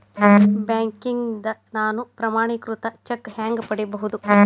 ಬ್ಯಾಂಕ್ನಿಂದ ನಾನು ಪ್ರಮಾಣೇಕೃತ ಚೆಕ್ ಹ್ಯಾಂಗ್ ಪಡಿಬಹುದು?